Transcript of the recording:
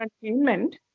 containment